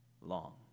long